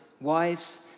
wives